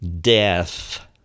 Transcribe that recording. Death